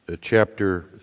chapter